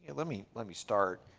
let me let me start.